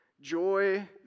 Joy